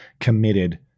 committed